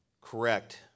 correct